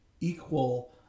equal